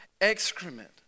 excrement